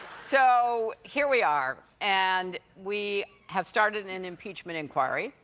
so here we are, and we have started an an impeachment inquiry,